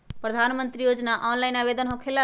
प्रधानमंत्री योजना ऑनलाइन आवेदन होकेला?